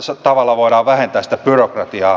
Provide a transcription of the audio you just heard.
tällä tavalla voidaan vähentää sitä byrokratiaa